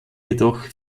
jedoch